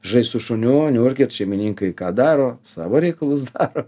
žaist su šuniu niurkyt šeimininkai ką daro savo reikalus daro